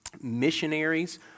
missionaries